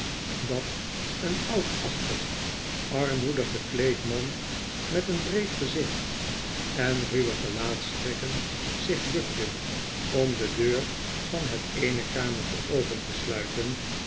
dat een oudachtig armqedig gekleed man met een breed gezicht en ruwe gelaatstrekken zich bukte om de deur van het eene kamertje open te sluiten